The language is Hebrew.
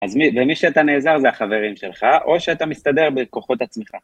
ומי שאתה נעזר זה החברים שלך, או שאתה מסתדר בכוחות עצמך.